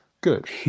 good